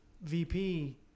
VP